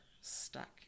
stuck